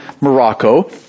Morocco